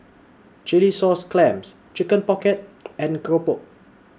Chilli Sauce Clams Chicken Pocket and Keropok